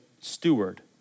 steward